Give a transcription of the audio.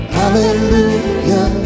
hallelujah